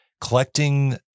Collecting